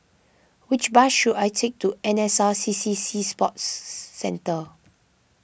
which bus should I take to N S R C C Sea Sports Centre